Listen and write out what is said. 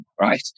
right